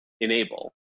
enable